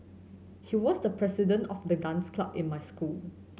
he was the president of the dance club in my school